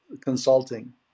consulting